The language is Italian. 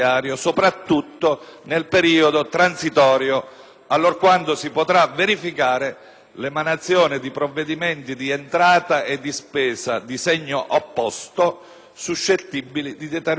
allorquando si potrà verificare l'emanazione di provvedimenti di entrata e di spesa di segno opposto, suscettibili di determinare oneri aggiuntivi per la finanza pubblica.